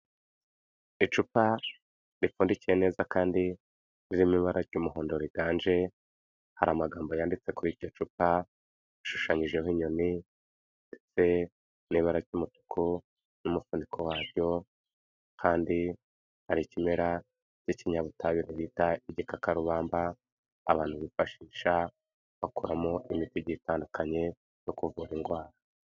Icupa ripfundikiye neza kandi riri mu ibara ry'umuhondo riganje, hari amagambo yanditse kuri iryo cupa, ashushanyijeho inyoni ndetse n'ibara ry'umutuku n'umufuniko waryo, kandi hari ikimera n'ikinyabutabire bita igikakarubamba abantu bifashisha bakoramo imiti igiye itandukanye yo kuvura indwara.